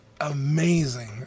amazing